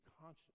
conscious